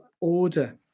order